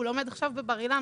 הוא לומד עכשיו בבר אילן,